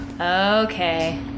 Okay